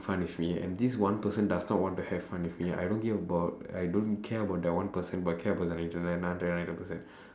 fun with me and this one person does not want to have fun with me I don't give about I don't care about that one person but I care about the nine hundred and ninety nine other person